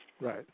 Right